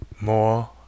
more